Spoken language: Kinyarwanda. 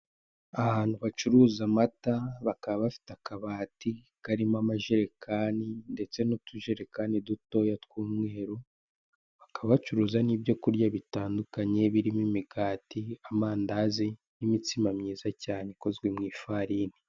Ahahantu bacuruza amata bakaba bafite akabati karimo amajerekani ndetse n'utujerekani dutoya tw'umweru. Bakaba bacuruza n'ibyo kurya bitandukanye birimo imigati, amandazi, n'imitsima myiza cyane ikozwe mu ifarini.